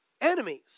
enemies